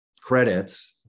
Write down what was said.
credits